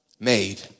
made